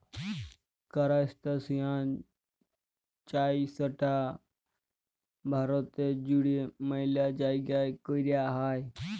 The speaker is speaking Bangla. কারাস্তাসিয়ান চাইশটা ভারতে জুইড়ে ম্যালা জাইগাই কৈরা হই